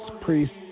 Priests